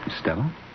Stella